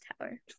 Tower